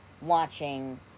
watching